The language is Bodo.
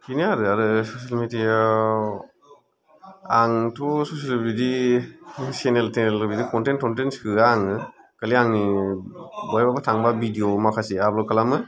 बेनो आरो आरो ससेल मिडिया आव आंथ' ससेल बिदि सेनेल टेनेल बिदि कनटेन्ट टनटेन्ट सोआ आङो खालि आंनि बहायबाफोर थांबा बिडिय' माखासे आपल'ड खालामो